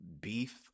beef